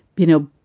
you know,